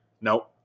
no